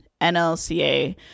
NLCA